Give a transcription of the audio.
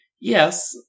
yes